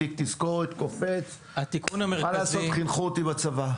תיק תזכורת קופץ, מה לעשות, כך חינכו אותי בצבא.